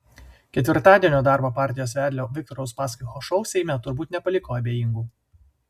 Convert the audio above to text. ketvirtadienio darbo partijos vedlio viktoro uspaskicho šou seime turbūt nepaliko abejingų